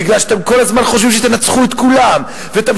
בגלל שאתם כל הזמן חושבים שתנצחו את כולם ותמשיכו